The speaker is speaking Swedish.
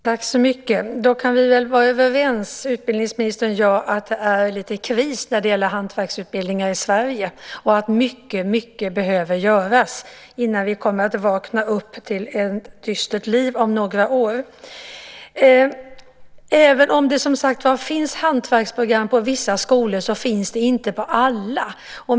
Herr talman! Då kan utbildningsministern och jag vara överens om att det är lite kris när det gäller hantverksutbildningar i Sverige och att mycket behöver göras för att vi inte ska vakna upp till ett dystert liv om några år. Även om det finns hantverksprogram på vissa skolor finns det inte på alla.